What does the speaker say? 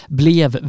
blev